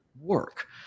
work